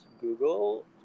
Google